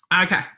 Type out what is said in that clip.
Okay